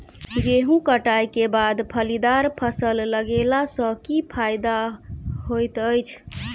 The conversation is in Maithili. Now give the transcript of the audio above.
गेंहूँ कटाई केँ बाद फलीदार फसल लगेला सँ की फायदा हएत अछि?